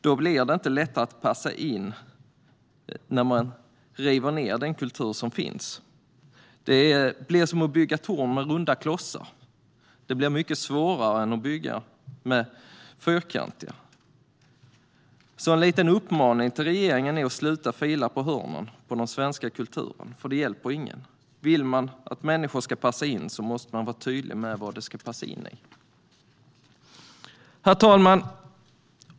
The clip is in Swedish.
Det blir inte lättare att passa in när den kultur som finns rivs ned. Det blir som att bygga torn med runda klossar, vilket är mycket svårare än att bygga med fyrkantiga klossar. En liten uppmaning till regeringen är alltså att sluta fila på hörnen i den svenska kulturen, för det hjälper ingen. Vill vi att människor ska passa in måste vi vara tydliga med vad de ska passa in i. Herr talman!